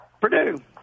Purdue